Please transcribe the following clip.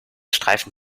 streifen